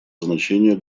значения